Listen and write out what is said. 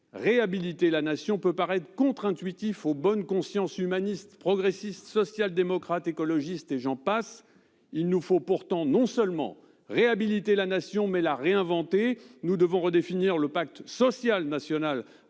réhabiliter la Nation peut paraître contre-intuitif aux bonnes consciences humanistes, progressistes, sociales-démocrates, écologistes, et j'en passe ... Il nous faut pourtant non seulement réhabiliter la Nation, mais la réinventer. Nous devons redéfinir le pacte social national